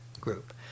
group